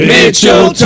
Mitchell